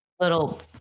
little